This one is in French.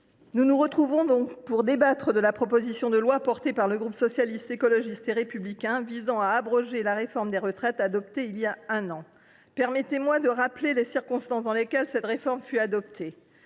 nous nous retrouvons pour débattre de la proposition de loi du groupe Socialiste, Écologiste et Républicain visant à abroger la réforme des retraites adoptée il y a un an. Permettez moi de rappeler les circonstances dans lesquelles cette réforme a été adoptée.